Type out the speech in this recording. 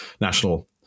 national